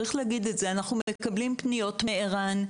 אנחנו מקבלים פניות מער"ן,